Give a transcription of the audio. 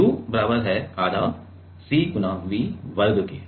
U बराबर है आधा CV वर्ग के